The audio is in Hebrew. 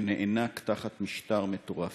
שנאנק תחת משטר מטורף.